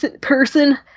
person